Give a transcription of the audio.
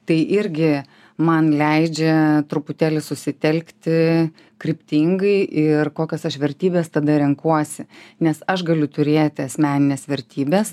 tai irgi man leidžia truputėlį susitelkti kryptingai ir kokias aš vertybės tada renkuosi nes aš galiu turėti asmenines vertybes